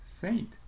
Saint